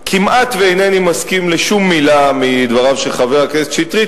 אינני מסכים כמעט לשום מלה בדבריו של חבר הכנסת שטרית,